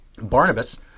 Barnabas